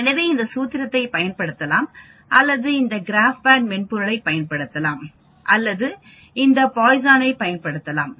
எனவே இந்த சூத்திரத்தைப் பயன்படுத்தலாம் அல்லது இந்த கிராஃப்ட்பேட் மென்பொருளைப் பயன்படுத்தலாம் அல்லது இந்த பாய்சனைப் பயன்படுத்தலாம்